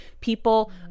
people